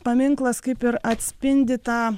paminklas kaip ir atspindi tą